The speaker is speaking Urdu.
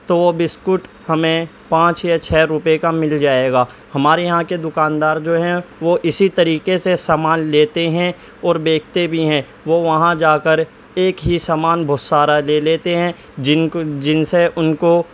تو وہ بسکٹ ہمیں پانچ یا چھ روپئے کا مل جائے گا ہمارے یہاں کے دکاندار جو ہیں وہ اسی طریقے سے سامان لیتے ہیں اور بیچتے بھی ہیں جو وہاں جا کر ایک ہی سامان بہت سارا لے لیتے ہیں جن سے ان کو